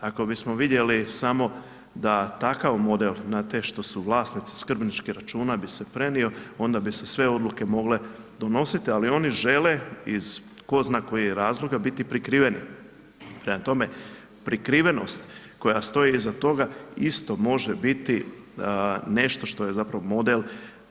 Ako bismo vidjeli samo da takav model na te što su vlasnici skrbničkih računa bi se prenio onda bi se sve odluke mogle donosit, ali oni žele iz tko zna kojih razloga biti prikriveni, Prema tome, prikrivenost koja stoji iza toga isto može biti nešto što je zapravo model